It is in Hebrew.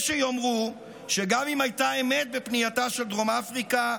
יש שיאמרו שגם אם הייתה אמת בפנייתה של דרום אפריקה,